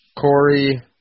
Corey